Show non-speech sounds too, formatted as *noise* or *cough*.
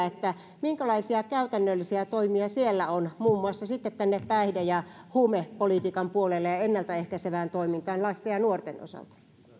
*unintelligible* että minkälaisia käytännöllisiä toimia siellä on muun muassa tänne päihde ja huumepolitiikan puolelle ja ennalta ehkäisevään toimintaan lasten ja nuorten osalta